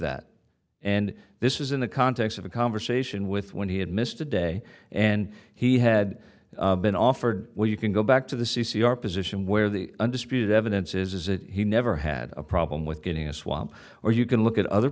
that and this is in the context of a conversation with when he had missed a day and he had been offered well you can go back to the c c r position where the undisputed evidence is it he never had a problem with getting a swamp or you can look at other